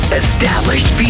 established